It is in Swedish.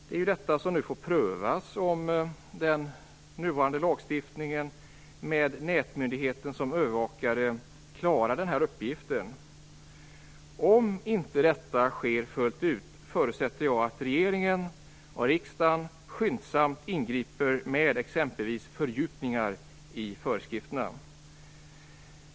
Nu får det prövas om den nuvarande lagstiftningen med nätmyndigheten som övervakare klarar denna uppgift. Om inte så sker fullt ut förutsätter jag att regeringen och riksdagen skyndsamt ingriper med exempelvis fördjupningar i föreskrifterna.